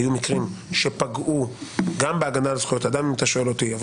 היו מקרים שפגעו גם בהגנה על זכויות אדם אם אתה שואל אותי אבל